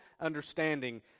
understanding